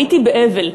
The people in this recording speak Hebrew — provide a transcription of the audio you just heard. הייתי באבל.